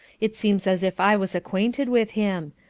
it seems as if i was acquainted with him.